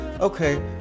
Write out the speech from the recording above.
okay